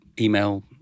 email